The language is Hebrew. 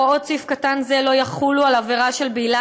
הוראות סעיף קטן זה לא יחולו על עבירה של בעילה